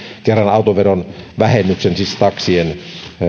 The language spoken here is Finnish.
kerralla autoverovähennyksen siis taksien